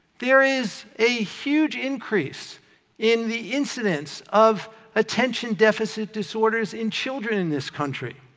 there is a huge increase in the incidence of attention deficit disorders in children in this country.